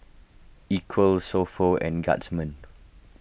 Equal So Pho and Guardsman